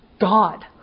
God